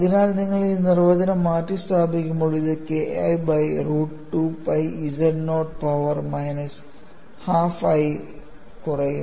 അതിനാൽ നിങ്ങൾ ഈ നിർവചനം മാറ്റിസ്ഥാപിക്കുമ്പോൾ ഇത് K I by root 2 pi z nought power minus half ആയി കുറയും